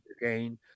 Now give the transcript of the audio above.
again